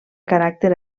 caràcter